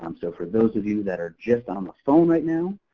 um so for those of you that are just on the phone right now,